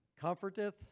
comforteth